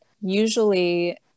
usually